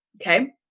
okay